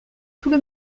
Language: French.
tout